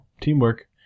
teamwork